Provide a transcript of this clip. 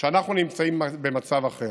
כשאנחנו נמצאים במצב אחר.